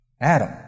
Adam